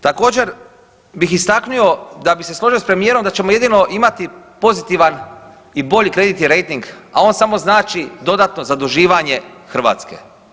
Također, bih istaknuo da bih se složio s premijerom da ćemo jedino imati pozitivan i bolji kreditni rejting, a on samo znači dodatno zaduživanje Hrvatske.